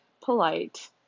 polite